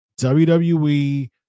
WWE